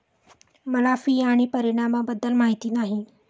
मला फी आणि परिणामाबद्दल माहिती नाही